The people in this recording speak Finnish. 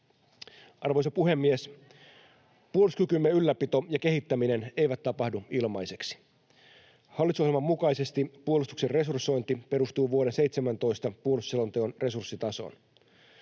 Arvoisa puhemies! Puolustuskykymme ylläpito ja kehittäminen eivät tapahdu ilmaiseksi. Hallitusohjelman mukaisesti puolustuksen resursointi perustuu vuoden 17 puolustusselonteon resurssitasoon.